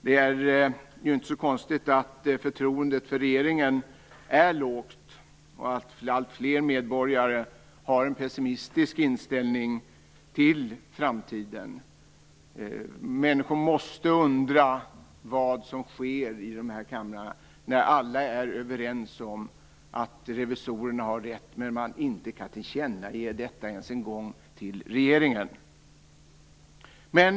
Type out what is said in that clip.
Det är inte så konstigt att förtroendet för regeringen är lågt och att alltfler medborgare har en pessimistisk inställning till framtiden. Människor måste undra vad som sker i denna kammare när alla är överens om att revisorerna har rätt men att man inte kan tillkännage detta ens till regeringen.